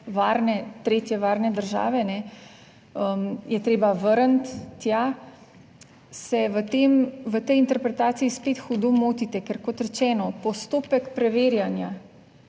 varne, tretje varne države, je treba vrniti tja, se v tem, v tej interpretaciji spet hudo motite. Ker kot rečeno, postopek preverjanja